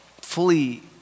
fully